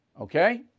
okay